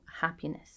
happiness